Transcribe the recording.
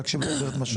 בבקשה?